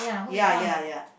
ya ya ya